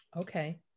Okay